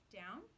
down